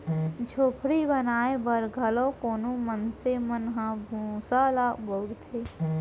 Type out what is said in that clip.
झोपड़ी बनाए बर घलौ कोनो मनसे मन ह भूसा ल बउरथे